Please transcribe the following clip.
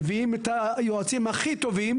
מביאים את היועצים הכי טובים,